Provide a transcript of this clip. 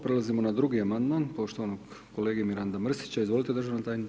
Prelazimo na drugi Amandman poštovanog kolege Miranda Mrsića, izvolite državna tajnice.